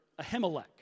Ahimelech